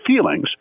feelings